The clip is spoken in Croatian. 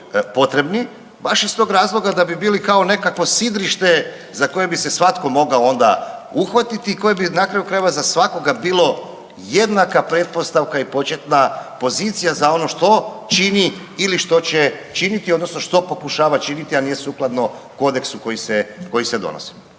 baš iz tog razloga da bi bili kao nekakvo sidrište za koje bi se svatko onda mogao uhvatiti i koje bi na kraju krajeva za svakoga bilo jednaka pretpostavka i početna pozicija za ono što čini ili što će činiti odnosno što pokušava činiti, a nije sukladno kodeksu koji se donosi.